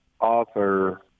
author